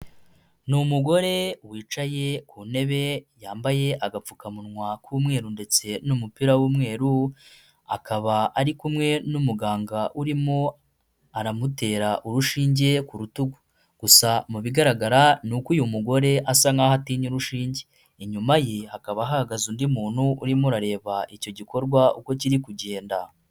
Ni umugore wicaye ku ntebe yambaye agapfukamunwa k'umweru ndetse n'umupira w'umweru, akaba ari kumwe n'umuganga urimo aramutera urushinge ku rutugu. Gusa mu bigaragara ni uko uyu mugore asa nkaho atinya urushinge. Inyuma ye hakaba hahagaze undi muntu urimo urareba icyo gikorwa uko kiri kugenda.